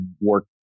work